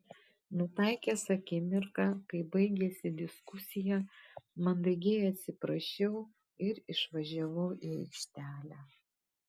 nutaikęs akimirką kai baigėsi diskusija mandagiai atsiprašiau ir išvažiavau į aikštelę